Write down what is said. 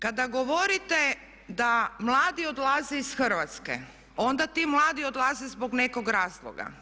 Kada govorite da mladi odlaze iz Hrvatske, onda ti mladi odlaze zbog nekog razloga.